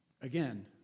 again